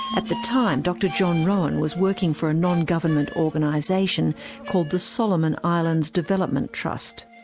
at the time, dr john roughan was working for a non-government organisation called the solomon islands development trust.